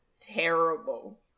terrible